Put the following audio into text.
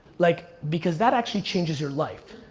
like because that actually changes your life.